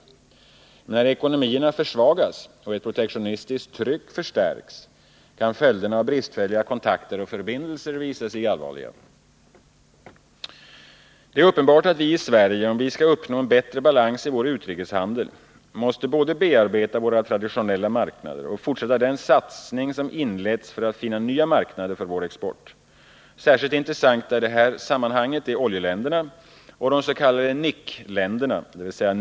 Men när ekonomierna försvagas och ett protektionistiskt tryck förstärks kan följderna av bristfälliga kontakter och förbindelser visa sig allvarliga. Det är uppenbart att vi i Sverige, om vi skall uppnå en bättre balans i vår utrikeshandel, måste både bearbeta våra traditionella marknader och fortsätta den satsning som inletts för att finna nya marknader för vår export. Särskilt intressanta i detta sammanhang är oljeländerna och de s.k. NIC-länderna .